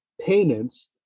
payments